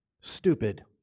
Stupid